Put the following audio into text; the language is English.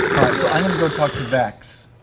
all right, so i'm going to go talk to vex.